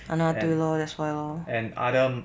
!hannor! 对 lor that's why lor